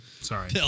Sorry